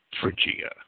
Phrygia